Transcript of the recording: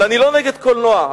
אני לא נגד קולנוע,